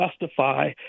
justify